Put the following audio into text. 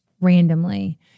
randomly